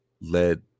led